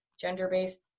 gender-based